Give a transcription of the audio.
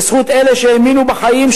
בזכות אלה שהאמינו בחיים,